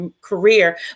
career